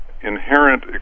inherent